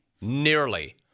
Nearly